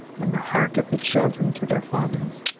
and the heart of the children to their fathers,